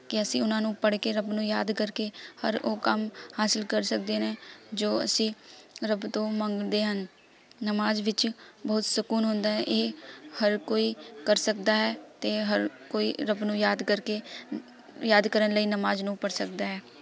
ਕਿ ਅਸੀਂ ਉਹਨਾਂ ਨੂੰ ਪੜ੍ਹ ਕੇ ਰੱਬ ਨੂੰ ਯਾਦ ਕਰਕੇ ਹਰ ਉਹ ਕੰਮ ਹਾਸਿਲ ਕਰ ਸਕਦੇ ਨੇ ਜੋ ਅਸੀਂ ਰੱਬ ਤੋਂ ਮੰਗਦੇ ਹਨ ਨਮਾਜ਼ ਵਿੱਚ ਬਹੁਤ ਸਕੂਨ ਹੁੰਦਾ ਹੈ ਇਹ ਹਰ ਕੋਈ ਕਰ ਸਕਦਾ ਹੈ ਅਤੇ ਹਰ ਕੋਈ ਰੱਬ ਨੂੰ ਯਾਦ ਕਰਕੇ ਯਾਦ ਕਰਨ ਲਈ ਨਮਾਜ਼ ਨੂੰ ਪੜ੍ਹ ਸਕਦਾ ਹੈ